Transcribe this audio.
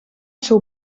seu